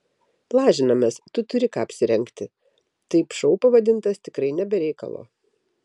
lažinamės tu turi ką apsirengti taip šou pavadintas tikrai ne be reikalo